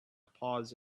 pause